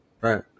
Right